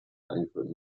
eingeführten